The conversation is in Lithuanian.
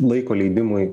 laiko leidimui